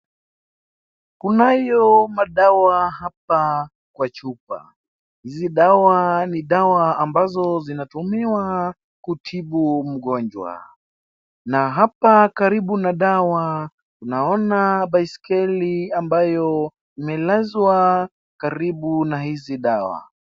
Kunayo madawa hapa kwa chupa. Hizi dawa ni dawa ambazo zinatumiwa kutibu mgonjwa. Na hapa karibu na dawa unaona baiskeli ambayo imelazwa karibu na hizi dawa.